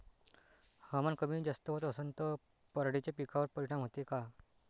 हवामान कमी जास्त होत असन त पराटीच्या पिकावर परिनाम होते का?